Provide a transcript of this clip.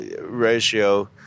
ratio